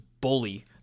bully